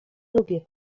lubię